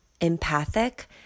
empathic